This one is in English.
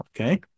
Okay